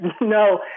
no